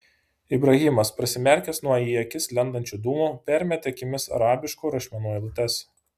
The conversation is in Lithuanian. ibrahimas prisimerkęs nuo į akis lendančių dūmų permetė akimis arabiškų rašmenų eilutes